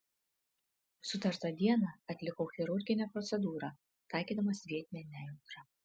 sutartą dieną atlikau chirurginę procedūrą taikydamas vietinę nejautrą